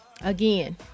again